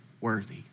worthy